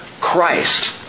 Christ